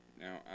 Now